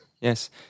yes